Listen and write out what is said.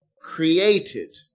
created